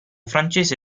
francese